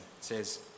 says